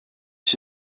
ich